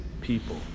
people